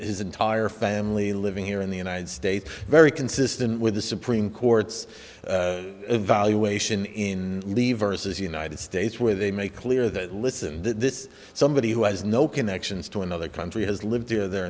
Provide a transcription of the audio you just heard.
his entire family living here in the united states very consistent with the supreme court's evaluation in leave versus united states where they make clear that listen this somebody who has no connections to another country has lived their